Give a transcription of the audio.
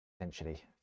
essentially